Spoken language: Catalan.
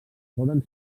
poden